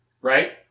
Right